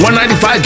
195